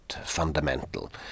fundamental